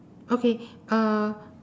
okay uh